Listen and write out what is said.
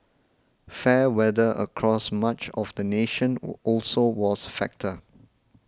fair weather across much of the nation all also was factor